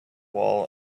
wall